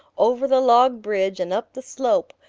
over the log bridge, and up the slope,